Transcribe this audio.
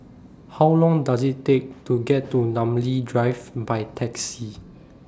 How Long Does IT Take to get to Namly Drive By Taxi